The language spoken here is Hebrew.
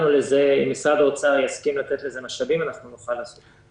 אם משרד האוצר יסכים לתת לזה משאבים אנחנו נוכל לעשות את זה.